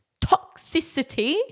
toxicity